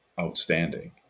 outstanding